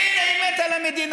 הינה, היא מתה על המדינה.